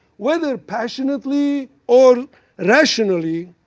whether passionately or rationally,